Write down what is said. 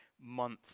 month